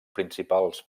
principals